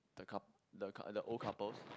the coup~ the old couples